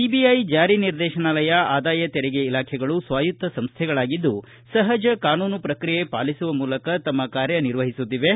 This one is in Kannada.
ಸಿಐಐ ಜಾರಿ ನಿರ್ದೇಶನಾಲಯ ಆದಾಯ ತೆರಿಗೆ ಇಲಾಖೆಗಳು ಸ್ವಾಯತ್ತ ಸಂಸ್ವೆಗಳಾಗಿದ್ದು ಸಹಜ ಕಾನೂನು ಪ್ರಕ್ರಿಯೆ ಪಾಲಿಸುವ ಮೂಲಕ ತಮ್ಮ ಕಾರ್ಯನಿರ್ವಹಿಸುತ್ತಿವೆ